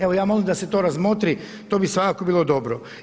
Evo ja molim da se to razmotri to bi svakako bilo dobro.